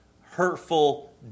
hurtful